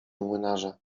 młynarza